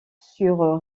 sur